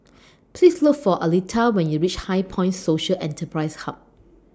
Please Look For Aletha when YOU REACH HighPoint Social Enterprise Hub